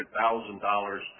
$100,000